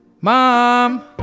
Mom